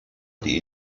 die